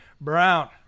brown